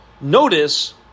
Notice